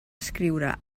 escriure